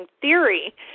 theory